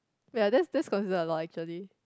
we are just just consider a lot actually